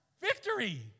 victory